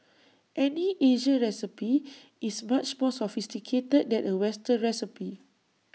any Asian recipe is much more sophisticated than A western recipe